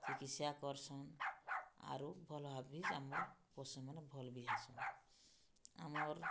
ଚିକିତ୍ସା କର୍ସନ୍ ଆରୁ ଭଲ୍ ଭାବେ ଆମର୍ ପଶୁମାନେ ଭଲ୍ ବି ହେସନ୍ ଆମର୍